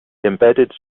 embedded